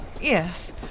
yes